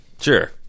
Sure